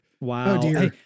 wow